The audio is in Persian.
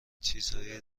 چیزهایی